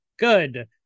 Good